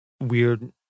weird